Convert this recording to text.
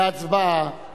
להצבעה